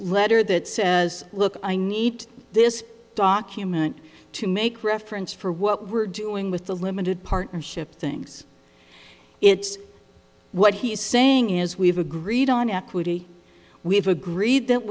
letter that says look i need this document to make reference for what we're doing with the limited partnership things it's what he's saying is we've agreed on equity we've agreed that